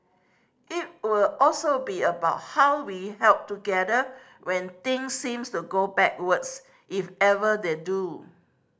it will also be about how we held together when things seemed to go backwards if ever they do